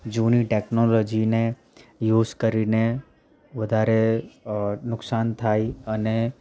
જૂની ટેકનોલોજીને યુઝ કરીને વધારે નુકસાન થાય અને